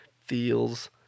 Feels